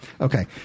Okay